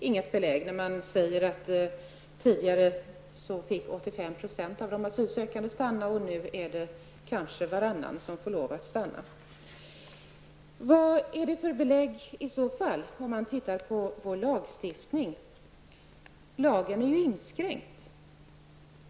Herr talman! Det finns inga tillägg, sade Maud Björnemalm, för att flyktingpolitiken har hårdnat. Men vilka är regeringens egna siffror? Är det inte belägg, när man säger att tidigare 85 % av de asylsökande fick stanna mot nu kanske bara varannan? Vad finns det för belägg om man ser på lagstiftningen? Lagen är ju inskränkt.